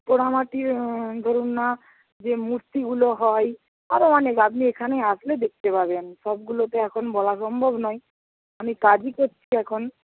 পোড়ামাটির ধরুন না যে মূর্তিগুলো হয় আরও অনেক আপনি এখানে আসলে দেখতে পাবেন সবগুলো তো এখন বলা সম্ভব নয় আমি কাজই করছি এখন